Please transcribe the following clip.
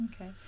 Okay